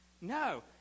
No